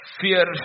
fear